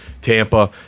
Tampa